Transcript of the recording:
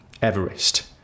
Everest